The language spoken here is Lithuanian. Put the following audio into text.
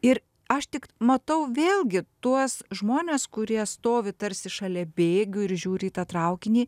ir aš tik matau vėlgi tuos žmones kurie stovi tarsi šalia bėgių ir žiūri į tą traukinį